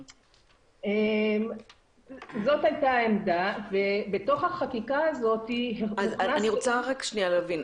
זאת הייתה העמדה --- אני רוצה להבין.